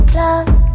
love